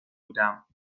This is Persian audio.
بودم